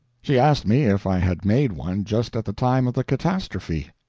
she asked me if i had made one just at the time of the catastrophe.